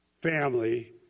family